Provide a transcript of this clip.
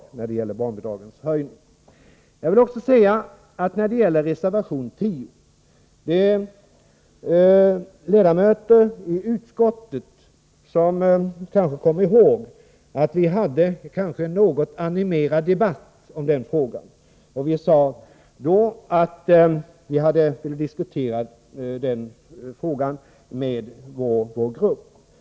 Det finns kanske ledamöter av utskottet som kommer ihåg att vi hade en något animerad debatt om den fråga som berörs i reservation 10, och vi sade då att vi hade diskuterat den frågan med vår grupp.